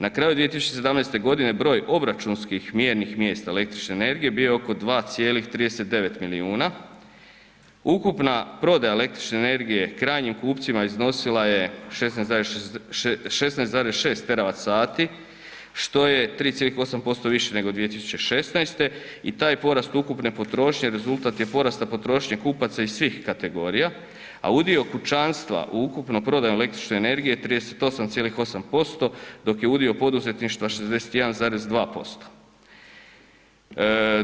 Na kraju 2017. godine broj obračunskih mjernih mjesta električne energije bio je oko 2,39 milijuna, ukupna prodaja električne energije krajnjim kupcima iznosila je 16,6 TWh, što je 3,8% više nego 2016. i taj porast ukupne potrošnje rezultat je porasta potrošnje kupaca iz svih kategorija a udio kućanstva u ukupnoj prodaji električne energije 38,8% dok je udio poduzetništva 61,2%